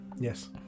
Yes